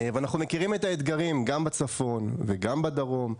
ואנחנו מכירים את האתגרים, גם בצפון וגם בדרום.